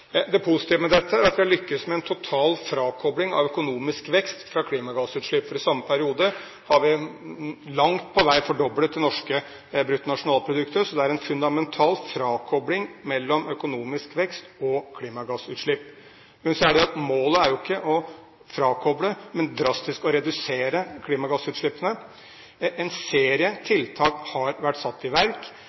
Det positive med dette er at vi har lyktes med en total frakobling av økonomisk vekst fra klimagassutslipp, for i samme periode har vi langt på vei fordoblet det norske bruttonasjonalproduktet. Så det er en fundamental frakobling mellom økonomisk vekst og klimagassutslipp. Målet er jo ikke å frakoble, men drastisk å redusere klimagassutslippene. En serie tiltak har vært satt i verk.